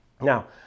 Now